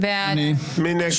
מי נגד?